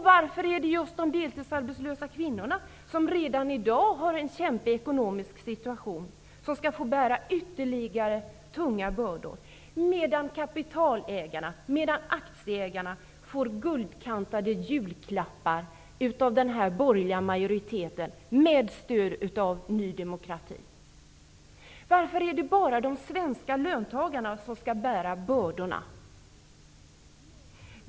Varför är det just de deltidsarbetslösa kvinnorna, som redan i dag har en kämpig ekonomisk situation, som skall få bära ytterligare tunga bördor medan kapital och aktieägarna får guldkantade julklappar av den borgerliga majoriteten med stöd av Ny demokrati? Varför är det bara de svenska löntagarna som skall bära bördorna?